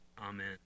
Amen